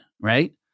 right